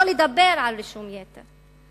שלא לדבר על רישום יתר?